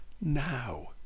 now